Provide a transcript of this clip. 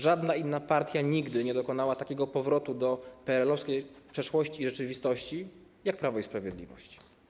Żadna inna partia nigdy nie dokonała takiego powrotu do PRL-owskiej przeszłości i rzeczywistości, jak Prawo i Sprawiedliwość.